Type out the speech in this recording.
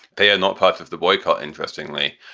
they are not part of the boycott, interestingly.